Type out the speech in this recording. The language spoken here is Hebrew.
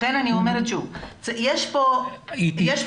לכן אני אומרת שוב שיש כאן רגישות.